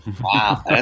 Wow